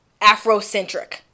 afrocentric